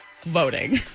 voting